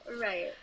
Right